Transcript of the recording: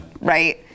Right